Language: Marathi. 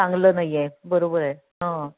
चांगलं नाही आहे बरोबर आहे हां